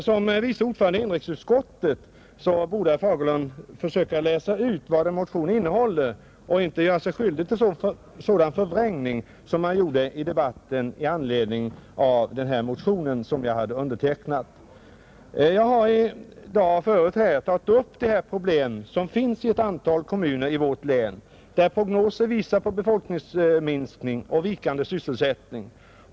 Som vice ordförande i inrikesutskottet borde herr Fagerlund försöka läsa ut vad en motion innehåller och inte göra sig skyldig till sådan förvrängning som han gjorde i debatten i anledning av den motion som jag hade undertecknat. Jag har förut i dag tagit upp de problem som finns i ett antal kommuner i vårt län, där prognoser visar på befolkningsminskning och vikande sysselsättning.